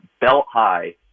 belt-high